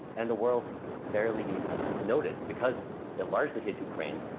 and the world's barely noticed, because it largely hit ukraine,